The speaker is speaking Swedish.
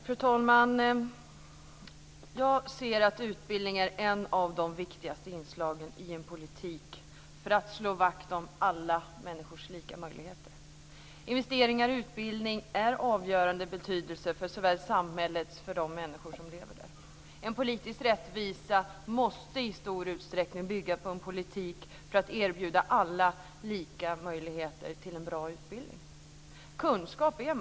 Fru talman! Jag anser att utbildning är ett av de viktigaste inslagen i en politik för att slå vakt om alla människors lika möjligheter. Investeringar i utbildning är av avgörande betydelse för såväl samhället som för de människor som lever där. En politisk rättvisa måste i stor utsträckning bygga på en politik för att man ska erbjuda alla lika möjligheter till en bra utbildning. Kunskap är makt.